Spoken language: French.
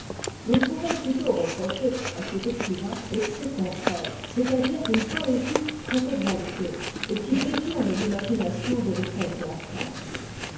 l'on pourrait plutôt reprocher à ces écrivains l'excès contraire c'est-à-dire une poésie trop exaltée et qui détourne l'imagination de l'effet théâtral